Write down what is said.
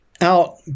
out